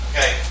Okay